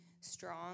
strong